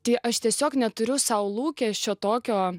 tai aš tiesiog neturiu sau lūkesčio tokio